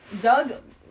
Doug